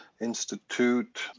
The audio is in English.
institute